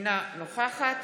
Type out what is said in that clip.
אינה נוכחת